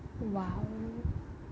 !whoa!